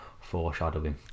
foreshadowing